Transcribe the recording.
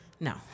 No